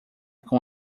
com